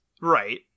Right